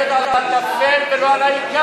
את מדברת על הטפל ולא על העיקר.